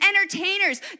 entertainers